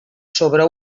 sobre